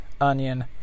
onion